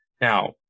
Now